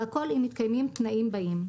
והכול אם מתקיימים התנאים הבאים: